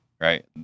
right